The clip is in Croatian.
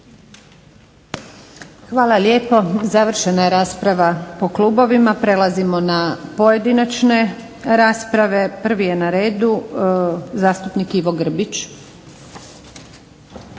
Hvala lijepo. Završena je rasprava po klubovima, prelazimo na pojedinačne rasprave. Prvi je na redu zastupnik Ivo Grbić.